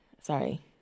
sorry